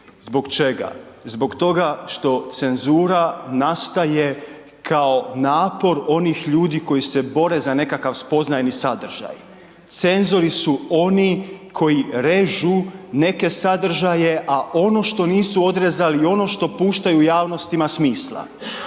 Zbog čega? Zbog toga što cenzura nastaje kao napor onih ljudi koji se bore za nekakav spoznajni sadržaj. Cenzori su oni koji režu neke sadržaje a ono što nisu odrezali i ono što puštaju u javnost, ima smisla.